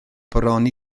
bron